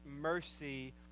mercy